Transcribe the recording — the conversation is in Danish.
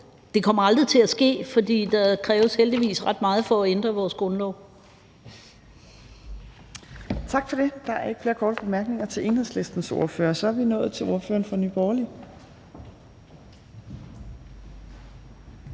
Det kommer aldrig til at ske, fordi der heldigvis kræves ret meget for at ændre vores grundlov.